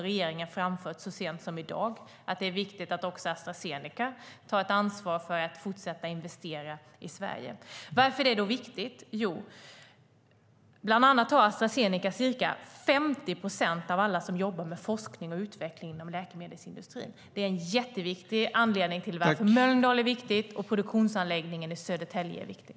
Regeringen har framfört så sent som i dag att det är viktigt att Astra Zeneca tar ett ansvar för fortsatta investeringar i Sverige. Varför är det då viktigt? Jo, bland annat därför att på Astra Zeneca finns ca 50 procent av alla som jobbar med forskning och utveckling inom läkemedelsindustrin. Det är en jätteviktig anledning till att forskningsanläggningen i Mölndal är viktig och att produktionsanläggningen i Södertälje är viktig.